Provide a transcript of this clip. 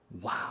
Wow